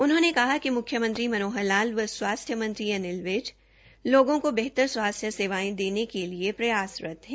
उन्होंने कहा कि मुख्यमंत्री मनोहर लाल व स्वास्थ्य मंत्री अनिल विज लोगों को बेहतर स्वास्थ्य सेवायें देने के लिए प्रयासरत है